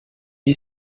est